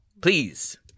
Please